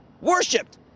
Worshipped